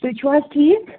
تُہۍ چھُو حظ ٹھیٖک